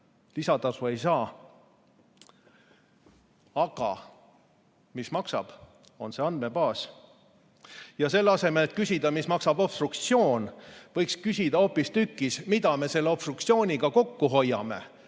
lisatasu ei saa. Aga mis maksab, on see andmebaas. Selle asemel, et küsida, mis maksab obstruktsioon, võiks küsida hoopistükkis, mida me selle obstruktsiooniga kokku hoiame.